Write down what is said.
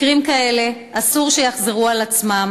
מקרים כאלה אסור שיחזרו על עצמם.